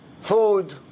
food